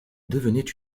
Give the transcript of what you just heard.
devenaient